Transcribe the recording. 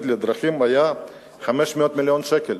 לבטיחות בדרכים היה 500 מיליון שקל.